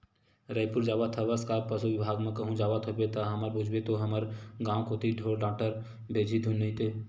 रइपुर जावत हवस का पसु बिभाग म कहूं जावत होबे ता हमर पूछबे तो हमर गांव कोती ढोर डॉक्टर भेजही धुन नइते